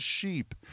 sheep